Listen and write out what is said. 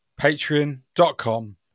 Patreon.com